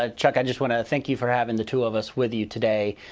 ah chuck, i just want to thank you for having the two of us with you today.